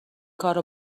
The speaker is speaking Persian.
کارو